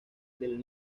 del